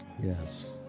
Yes